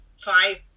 five